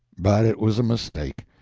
but it was a mistake.